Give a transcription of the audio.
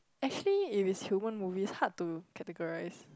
actually it is human movie hard to categories